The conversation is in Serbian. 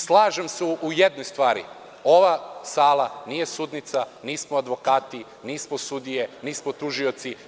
Slažem se u jednoj stvari, ova sala nije sudnica, nismo advokati, nismo sudije, nismo tužioci.